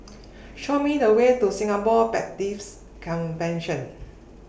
Show Me The Way to Singapore Baptist Convention